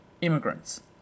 immigrants